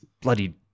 Bloody